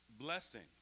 blessings